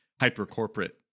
hyper-corporate